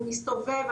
הוא מסתובב,